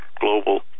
global